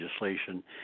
legislation